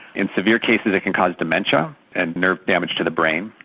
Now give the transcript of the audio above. in severe cases it can cause dementia and nerve damage to the brain.